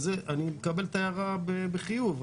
ואני מקבל את ההערה בחיוב.